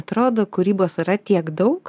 atrodo kūrybos yra tiek daug